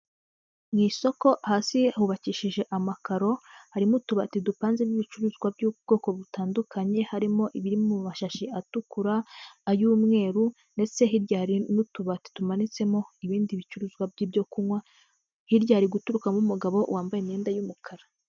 Mu isoko hasi hubakishije amakaro harimo utubati dupanzemo ibicuruzwa by'ubwoko butandukanye, harimo ibiri mu mashashi atukura ay'umweru ndetse hirya hari n'utubati tumanitsemo ibindi bicuruzwa by'ibyo kunywa, hirya hari guturukamo umugabo wambaye imyenda y'umukara.